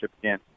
again